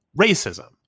racism